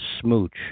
smooch